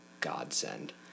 godsend